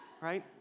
Right